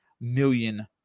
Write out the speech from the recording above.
million